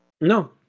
No